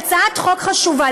היא הצעת חוק חשובה.